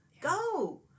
Go